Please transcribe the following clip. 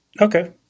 Okay